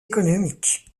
économique